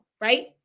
right